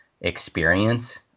experience